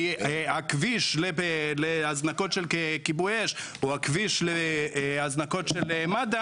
הכביש להזנקות של כיבוי אש או הכביש להזנקות של מד"א